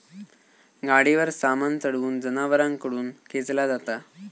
गाडीवर सामान चढवून जनावरांकडून खेंचला जाता